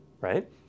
right